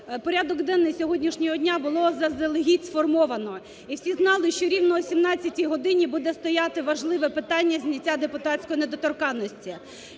Порядок денний сьогоднішнього дня було заздалегідь сформовано, і всі знали, що рівно о 17-й годині буде стояти важливе питання – зняття депутатської недоторканності.